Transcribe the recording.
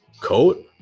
coat